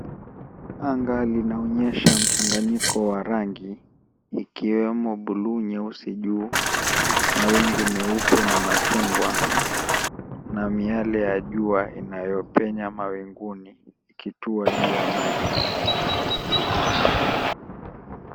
Anga linaonyesha mchanganyiko wa rangi, ikiwemo buluu, nyeusi juu, mawingu meupe na machungwa, na miale ya jua inayopenya mawinguni, ikitua juu ya maji.